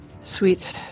Sweet